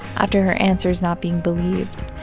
after her answers not being believed,